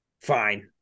fine